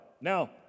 Now